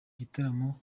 gitaramo